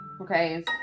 okay